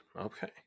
okay